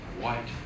white